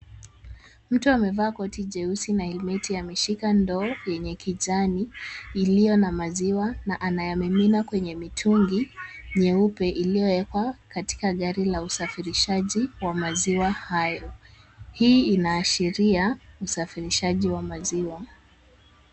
Mtu amevaa koti jeusi na helmeti ameshika ndoo yenye kijani iliyo na maziwa na anayamimina kwenye mitungi nyeupe iliyowekwa katika gari la usafirishaji wa maziwa hayo. Hii inaashiria msafirishaji wa maziwa.